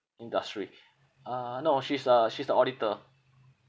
industry uh no she's a she's a auditor